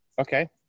Okay